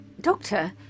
Doctor